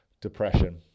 depression